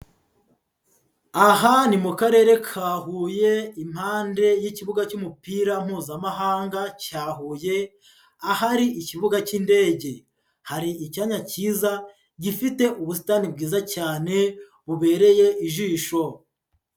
Aha ni mu Karere ka Huye impande y'ikibuga cy'umupira Mpuzamahanga cya Huye ahari ikibuga cy'indege, hari icyanya cyiza gifite ubusitani bwiza cyane bubereye ijisho.